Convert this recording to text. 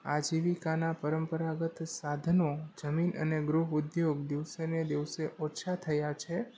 આજીવિકાનાં પરંપરાગત સાધનો જમીન અને ગૃહ ઉદ્યોગ દિવસે ને દિવસે ઓછા થયાં છે